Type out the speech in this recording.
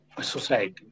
society